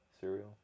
Cereal